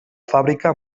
fàbrica